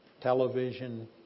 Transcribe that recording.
television